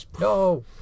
No